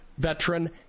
Veteran